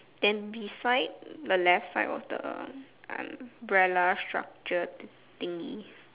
then beside the left side of the umbrella structured thingy